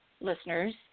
listeners